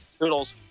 Noodles